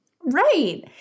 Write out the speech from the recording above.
Right